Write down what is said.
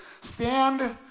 stand